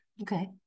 Okay